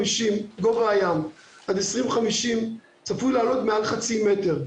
גובה הים עד 2050 צפוי לעלות מעל חצי מטר.